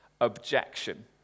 objection